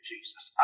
Jesus